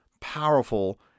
powerful